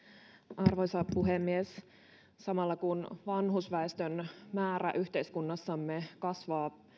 arvoisa puhemies kun vanhusväestön määrä yhteiskunnassamme kasvaa